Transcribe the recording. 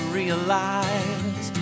realize